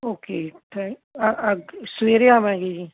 okay ਸਵੇਰੇ ਆਵਾਂਗੇ ਜੀ